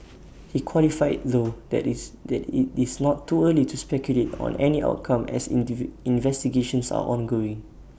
he's qualified though that it's that IT is not too early to speculate on any outcome as investigations are ongoing